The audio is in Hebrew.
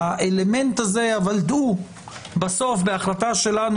אבל דעו בהחלטה שלנו,